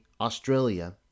Australia